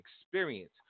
experience